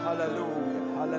Hallelujah